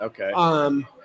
Okay